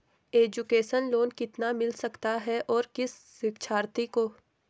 Education loan कितना मिल सकता है और किस शिक्षार्थी को?